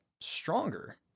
stronger